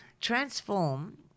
Transform